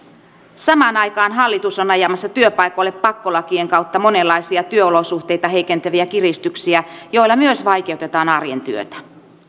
samaan aikaan hallitus on ajamassa työpaikoille pakkolakien kautta monenlaisia työolosuhteita heikentäviä kiristyksiä joilla myös vaikeutetaan arjen työtä